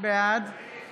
בעד